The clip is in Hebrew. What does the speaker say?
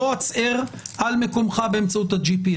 בוא הצהר על מקומך באמצעות ה-GPS.